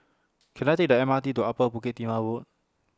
Can I Take The M R T to Upper Bukit Timah Road